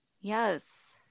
Yes